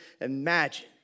imagine